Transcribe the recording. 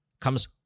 comes